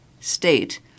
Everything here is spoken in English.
State